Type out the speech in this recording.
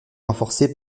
renforcée